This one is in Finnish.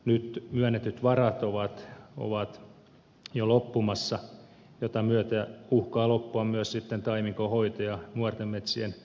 nyt myönnetyt varat ovat jo loppumassa mitä myöten uhkaavat loppua myös sitten taimikon hoito ja nuorten metsien kunnostustyöt